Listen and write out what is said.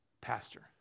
pastor